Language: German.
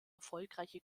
erfolgreiche